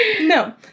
No